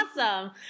Awesome